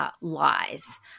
Lies